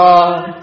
God